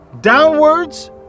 Downwards